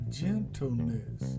gentleness